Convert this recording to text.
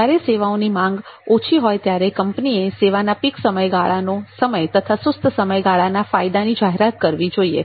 જ્યારે સેવાઓની માંગ ઓછી હોય ત્યારે કંપનીએ સેવાનો પીક સમયગાળાનો સમય તથા સુસ્ત સમયગાળાના ફાયદાઓની જાહેરાત કરવી જોઈએ